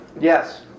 Yes